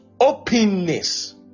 Openness